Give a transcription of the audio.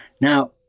Now